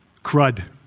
crud